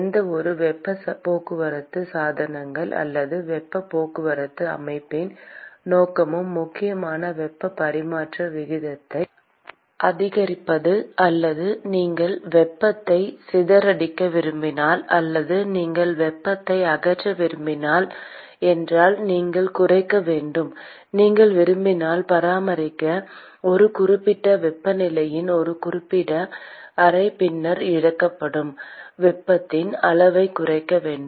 எந்தவொரு வெப்பப் போக்குவரத்து சாதனங்கள் அல்லது வெப்பப் போக்குவரத்து அமைப்பின் நோக்கமும் முக்கியமாக வெப்பப் பரிமாற்ற வீதத்தை அதிகரிப்பது அல்லது நீங்கள் வெப்பத்தை சிதறடிக்க விரும்பினால் அல்லது நீங்கள் வெப்பத்தை அகற்ற விரும்பவில்லை என்றால் நீங்கள் குறைக்க வேண்டும் நீங்கள் விரும்பினால் பராமரிக்க ஒரு குறிப்பிட்ட வெப்பநிலையுடன் ஒரு குறிப்பிட்ட அறை பின்னர் இழக்கப்படும் வெப்பத்தின் அளவைக் குறைக்க வேண்டும்